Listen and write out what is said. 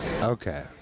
Okay